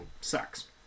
Sucks